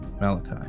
Malachi